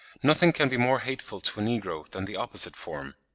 nothing can be more hateful to a negro than the opposite form.